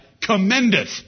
commendeth